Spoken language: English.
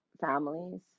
families